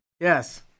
Yes